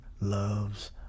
loves